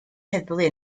heddlu